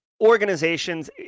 organizations